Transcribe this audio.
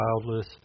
childless